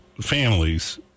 families